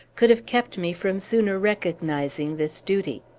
could have kept me from sooner recognizing this duty.